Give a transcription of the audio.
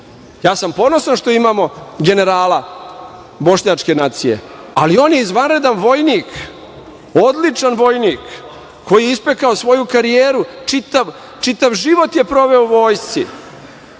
sam što imamo generala bošnjačke nacije, ali on je izvanredan vojnik, odličan vojnik koji je ispekao svoju karijeru, čitav život je proveo u vojsci.